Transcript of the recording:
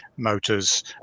motors